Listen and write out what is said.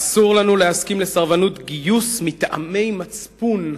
אסור לנו להסכים לסרבנות גיוס מטעמי מצפון,